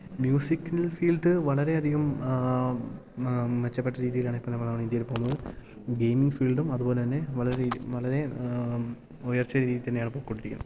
മ്യൂസിയ്ക്ക്ല് field വളരെയധികം മെച്ചപ്പെട്ട രീതിയിലാണിപ്പം നമ്മളെ ഇവിടെ ഇന്ത്യേൽ പോകുന്നത് ഗേയ്മിങ് ഫീൽഡും അതുപോലെത്തന്നെ വളരെ രീതി വളരെ ഉയർച്ച രീതിയിൽത്തന്നെയാണ് പൊക്കോണ്ടിരിക്കുന്നത്